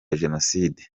jenoside